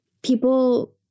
people